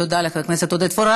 תודה לחבר הכנסת עודד פורר.